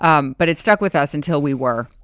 um but it stuck with us until we were.